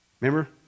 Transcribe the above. Remember